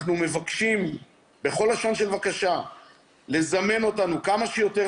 אנחנו מבקשים בכל לשון של בקשה לזמן אותנו כמה שיותר